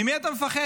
ממי אתה מפחד?